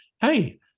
hey